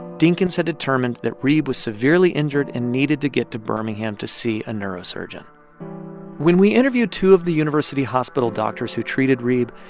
dinkins had determined that reeb was severely injured and needed to get to birmingham to see a neurosurgeon when we interviewed two of the university hospital doctors who treated reeb,